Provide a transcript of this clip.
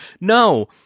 no